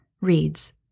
reads